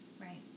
right